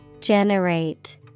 Generate